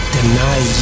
deny